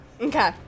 Okay